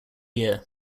year